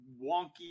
wonky